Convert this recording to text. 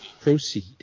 proceed